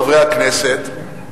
חברי הכנסת,